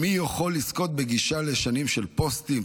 מי יכול לזכות בגישה לשנים של פוסטים,